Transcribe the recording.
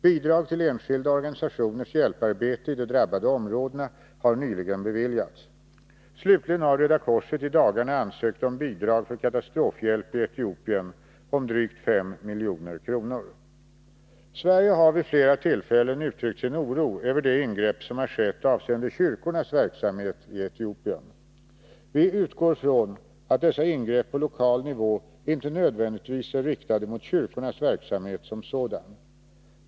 Bidrag till enskilda organisationers hjälparbete i de drabbade områdena har nyligen beviljats. Slutligen har Röda korset i dagarna ansökt om bidrag om drygt 5 milj.kr. för katastrofhjälp i Etiopien. Sverige har vid flera tillfällen uttryckt sin oro över de ingrepp som har skett avseende kyrkornas verksamhet i Etiopien. Vi utgår ifrån att dessa ingrepp på lokal nivå inte nödvändigtvis är riktade mot kyrkornas verksamhet som sådan.